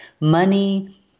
money